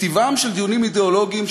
מטבעם של דיונים אידיאולוגיים,